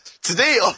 Today